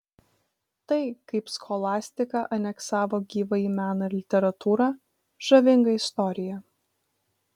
tai kaip scholastika aneksavo gyvąjį meną ir literatūrą žavinga istorija